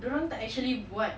dorang tak actually buat